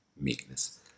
meekness